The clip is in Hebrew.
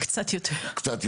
קצת יותר.